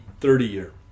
30-year